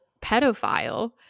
pedophile